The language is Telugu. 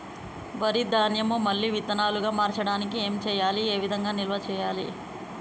వరి ధాన్యము మళ్ళీ విత్తనాలు గా మార్చడానికి ఏం చేయాలి ఏ విధంగా నిల్వ చేయాలి?